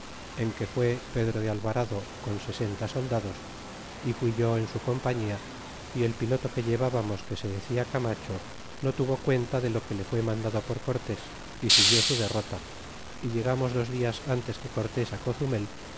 en que fué pedro de alvarado con sesenta soldados é yo fui en su compañía y el piloto que llevábamos que se decia camacho no tuvo cuenta de lo que le fué mandado por cortés y siguió su derrota y llegamos dos dias ántes que cortés